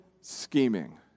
scheming